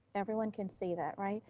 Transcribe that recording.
everyone can see that, right.